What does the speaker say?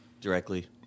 directly